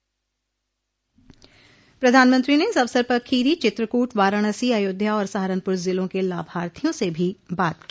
प्रधानमंत्री ने इस अवसर पर खीरी चित्रकूट वाराणसी अयोध्या और सहारनपुर जिलों के लाभार्थियों से भी बात की